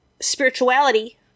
spirituality